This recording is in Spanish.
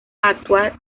actuar